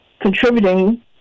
contributing